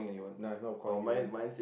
nah is not calling anyone